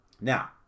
Now